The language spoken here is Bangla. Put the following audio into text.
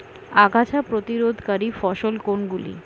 আগাছা প্রতিরোধকারী ফসল কোনগুলি?